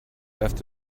left